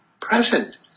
present